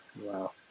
Wow